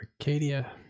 Arcadia